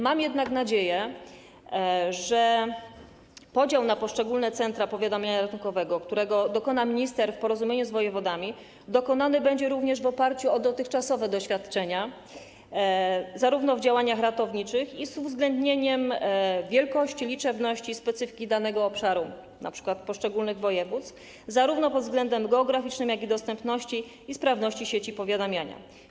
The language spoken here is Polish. Mam jednak nadzieję, że podział na poszczególne centra powiadamiania ratunkowego, którego dokona minister w porozumieniu z wojewodami, dokonany będzie również w oparciu o dotychczasowe doświadczenia w działaniach ratowniczych, z uwzględnieniem wielkości, liczebności i specyfiki danego obszaru, np. poszczególnych województw, zarówno pod względem geograficznym, jak i dostępności i sprawności sieci powiadamiania.